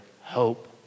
hope